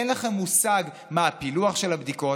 אין לכם מושג מה הפילוח של הבדיקות.